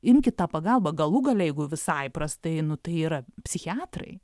imkit tą pagalbą galų gale jeigu visai prastai nu tai yra psichiatrai